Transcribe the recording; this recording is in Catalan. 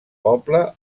poble